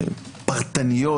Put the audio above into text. פרטניות.